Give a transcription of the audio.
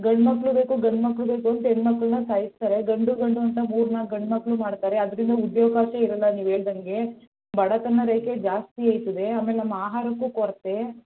ಗಂಡು ಮಕ್ಕಳು ಬೇಕು ಗಂಡು ಮಕ್ಕಳು ಬೇಕು ಅಂತ ಹೆಣ್ಣ್ ಮಕ್ಳನ್ನ ಸಾಯಿಸ್ತಾರೆ ಗಂಡು ಗಂಡು ಅಂತ ಮೂರು ನಾಲ್ಕು ಗಂಡು ಮಕ್ಕಳು ಮಾಡ್ತಾರೆ ಅದರಿಂದ ಉದ್ಯೋಗ ಇರೋಲ್ಲ ನೀವು ಹೇಳ್ದಂಗೆ ಬಡತನ ರೇಖೆ ಜಾಸ್ತಿ ಆಗ್ತದೆ ಆಮೇಲೆ ನಮ್ಮ ಆಹಾರಕ್ಕೂ ಕೊರತೆ